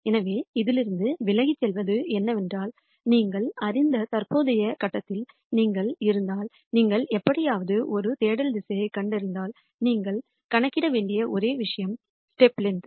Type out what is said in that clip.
எனவே இதிலிருந்து விலகிச் செல்வது என்னவென்றால் நீங்கள் அறிந்த தற்போதைய கட்டத்தில் நீங்கள் இருந்தால் நீங்கள் எப்படியாவது ஒரு தேடல் திசையைக் கண்டறிந்தால் நீங்கள் கணக்கிட வேண்டிய ஒரே விஷயம் ஸ்டெப் லெங்த்